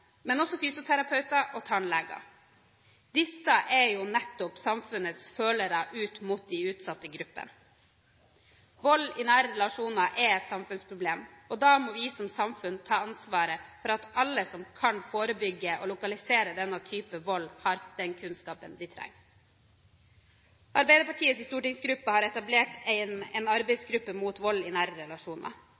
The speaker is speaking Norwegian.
men også lærere og førskolelærere. Disse er jo nettopp samfunnets følere ut mot de utsatte gruppene. Vold i nære relasjoner er et samfunnsproblem, og da må vi som samfunn ta ansvaret for at alle som kan forebygge og lokalisere denne typen vold, har den kunnskapen de trenger. Arbeiderpartiets stortingsgruppe har etablert en arbeidsgruppe mot vold i nære relasjoner.